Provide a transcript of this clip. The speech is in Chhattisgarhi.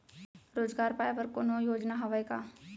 रोजगार पाए बर कोनो योजना हवय का?